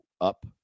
up